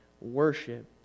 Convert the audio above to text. worship